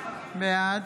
בעד